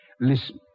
Listen